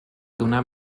donar